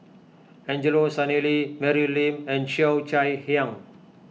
Angelo Sanelli Mary Lim and Cheo Chai Hiang